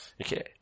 Okay